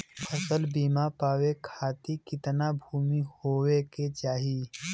फ़सल बीमा पावे खाती कितना भूमि होवे के चाही?